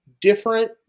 different